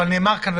אבל נאמר כאן,